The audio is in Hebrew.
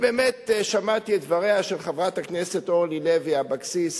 באמת שמעתי את דבריה של חברת הכנסת אורלי לוי אבקסיס